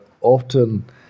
often